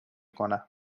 کنم